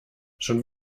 schon